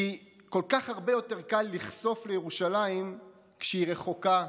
כי כל כך הרבה יותר קל לכסוף לירושלים כשהיא רחוקה,